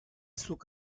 zuk